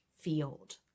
field